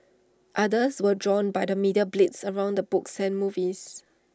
others were drawn by the media blitz around the books and movies